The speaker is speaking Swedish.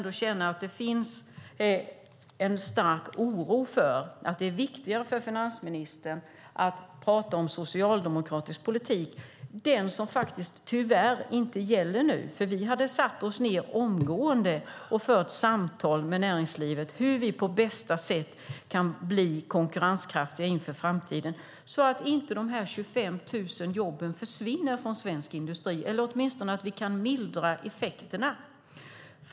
Det finns en stark oro för att det är viktigare för finansministern att prata om socialdemokratisk politik, den som tyvärr inte gäller nu. Vi hade satt oss ned omgående och fört samtal med näringslivet om hur Sverige på bästa sätt kan bli konkurrenskraftigt inför framtiden, så att inte de 25 000 jobben försvinner från svensk industri eller så att vi åtminstone kan mildra effekterna.